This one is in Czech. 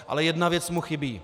Ale jedna věc mu chybí.